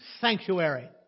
sanctuary